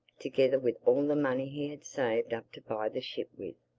together with all the money he had saved up to buy the ship with.